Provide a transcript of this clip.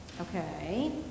Okay